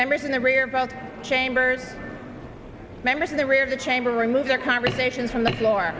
members in the rear both chambers members in the rear of the chamber remove their conversations from the floor